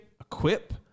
equip